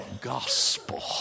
gospel